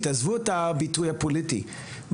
עזבו את הביטוי הפוליטי,